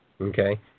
Okay